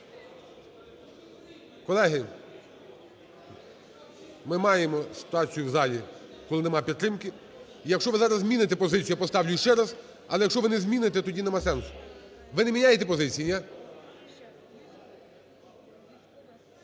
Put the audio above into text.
колеги, ми маємо ситуацію в залі, коли немає підтримки. Якщо ви зараз зміните позицію, я поставлю ще раз. Але якщо ви не зміните, тоді немає сенсу. Ви не міняєте позиції, ні?